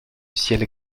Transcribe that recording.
ciel